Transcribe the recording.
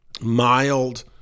mild